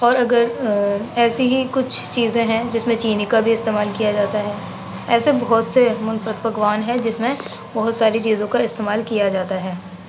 اور اگر ایسی ہی کچھ چیزیں ہیں جس میں چینی کا بھی استعمال کیا جاتا ہے ایسے بہت سے منفرد پکوان ہیں جس میں بہت ساری چیزوں کا استعمال کیا جاتا ہے